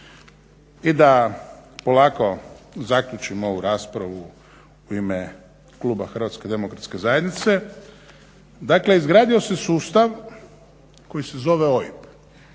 I da polako zaključim ovu raspravu u ime kluba Hrvatske demokratske zajednice. Dakle, izgradio se sustav koji se zove OIB,